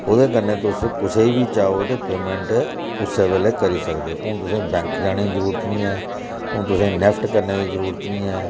ओह्दे कन्नै तुस कुसैई बी चाहो ते पेमैंट कुसै बेल्लै करी सकदे ओ हून तुसें बैंक जाने ई जरूरत निं ऐ हून तुसेंगी नैफ्ट करने दी जरूरत निं ऐ